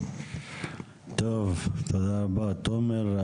טוב, תודה רבה תומר.